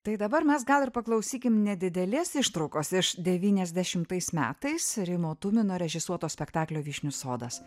tai dabar mes gal ir paklausykim nedidelės ištraukos iš devyniasdešimtais metais rimo tumino režisuoto spektaklio vyšnių sodas